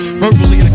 Verbally